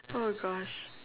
oh gosh